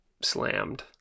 slammed